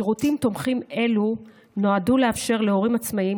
שירותים תומכים אלו נועדו לאפשר להורים עצמאיים